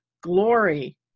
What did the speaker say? glory